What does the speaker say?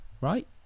Right